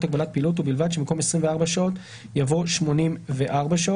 הגבלת פעילות ובלבד שבמקום "24 שעות" יבוא "84 שעות".